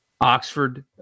Oxford